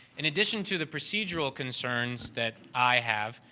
in addition to the procedural concerns that i have,